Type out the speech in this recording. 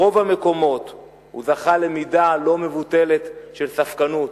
ברוב המקומות הוא זכה למידה לא מבוטלת של ספקנות,